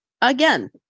again